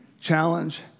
Challenge